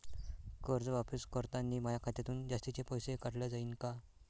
कर्ज वापस करतांनी माया खात्यातून जास्तीचे पैसे काटल्या जाईन का?